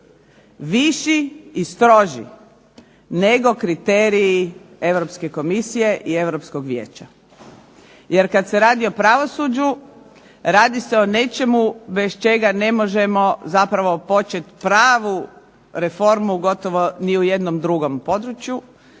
viši i stroži nego kriteriji Europske komisije i Europskoj vijeća. Jer kada se radi o pravosuđu, radi se o nečemu bez čega ne možemo zapravo početi pravu reformu gotovo ni u jednom drugom području.